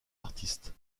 artistes